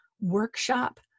workshop